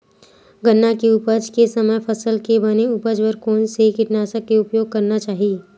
गन्ना के उपज के समय फसल के बने उपज बर कोन से कीटनाशक के उपयोग करना चाहि?